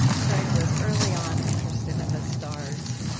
craig was early on interested in the stars.